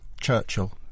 Churchill